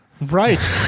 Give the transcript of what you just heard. Right